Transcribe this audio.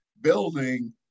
building